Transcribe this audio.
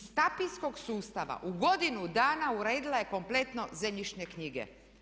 Iz tapijskog sustava u godinu dana uredila je kompletno zemljišne knjige.